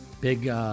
big